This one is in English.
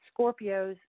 Scorpios